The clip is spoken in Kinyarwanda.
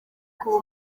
kuba